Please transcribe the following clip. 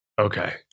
Okay